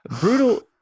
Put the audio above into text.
Brutal